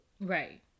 Right